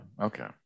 Okay